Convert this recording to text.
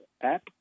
app